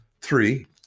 three